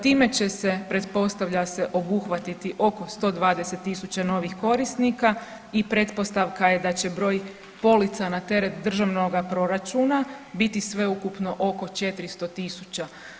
Time će se, pretpostavlja se, obuhvatiti oko 120 tisuća novih korisnika i pretpostavka je da će broj polica na teret Državnoga proračuna biti sveukupno oko 400 tisuća.